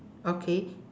okay